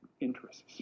interests